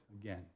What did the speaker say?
again